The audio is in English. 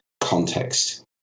context